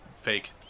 fake